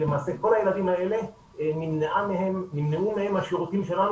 למעשה כל הילדים האלה נמנעו מהם השירותים שלנו